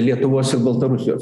lietuvos ir baltarusijos